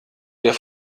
der